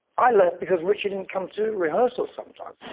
i left because ritchie didn't come to rehearsal sometimes.